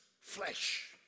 flesh